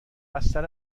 بستر